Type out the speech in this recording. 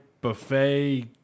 buffet